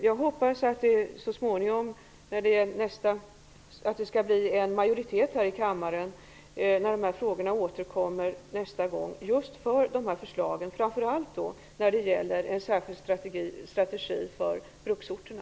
Jag hoppas att en majoritet här i kammaren stöder våra förslag nästa gång de här frågorna tas upp. Framför allt tänker jag då på detta med en särskild strategi för bruksorterna.